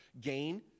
gain